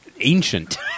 ancient